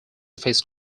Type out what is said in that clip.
face